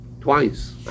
twice